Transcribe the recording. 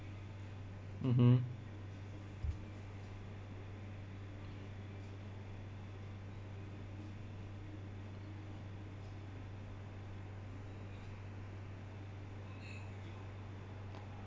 mmhmm